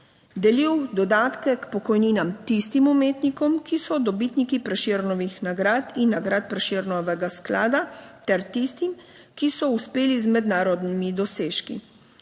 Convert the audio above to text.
delil dodatke k pokojninam tistim umetnikom, ki so dobitniki Prešernovih nagrad in nagrad Prešernovega sklada ter tistim, ki so uspeli z mednarodnimi dosežki.